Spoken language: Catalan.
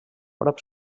prop